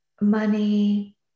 money